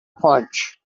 punch